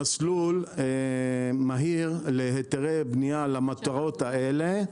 מסלול מהיר להיתרי בנייה למטרות האלה,